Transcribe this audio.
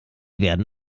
werden